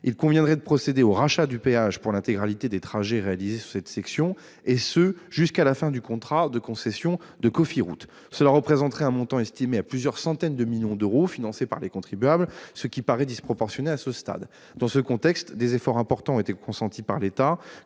Il conviendrait de procéder au rachat du péage pour l'intégralité des trajets réalisés sur cette section, et ce jusqu'à la fin du contrat de concession de Cofiroute. Cela représenterait un montant estimé à plusieurs centaines de millions d'euros, financés par les contribuables, ce qui paraît disproportionné à ce stade. Dans ce contexte, des efforts importants ont été consentis par l'État